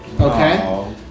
Okay